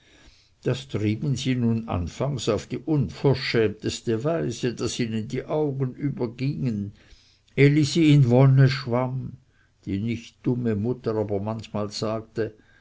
das trieben sie nun anfangs auf die unverschämteste weise daß ihnen die augen übergingen elisi in wonne schwamm die nicht dumme mutter aber manchmal sagte